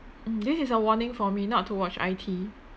mm this is a warning for me not to watch I_T